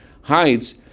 hides